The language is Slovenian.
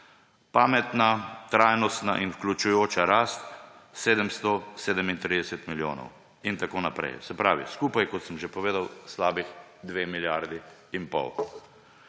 pametna, trajnostna in vključujoča rast 737 milijonov in tako naprej. Se pravi skupaj, kot sem že povedal, slabi 2 milijardi in pol.